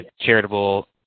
charitable